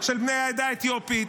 של בני העדה האתיופית,